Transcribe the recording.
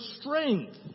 strength